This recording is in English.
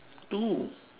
two